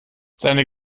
seine